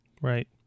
Right